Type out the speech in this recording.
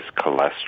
cholesterol